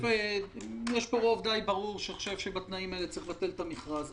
יש פה רוב די ברור שחושב שבתנאים האלה צריך לבטל את המכרז,